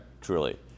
truly